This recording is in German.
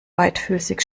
beidfüßig